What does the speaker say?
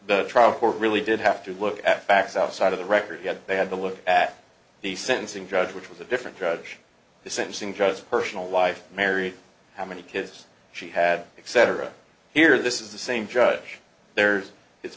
court really did have to look at facts outside of the record yet they had to look at the sentencing judge which was a different judge the sentencing judge of personal life mary how many kids she had set her up here this is the same judge there's it's